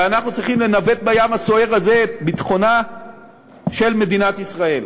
ואנחנו צריכים לנווט בים הסוער הזה את ביטחונה של מדינת ישראל.